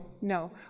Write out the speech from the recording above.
No